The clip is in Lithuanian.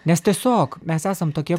nes tiesiog mes esam tokie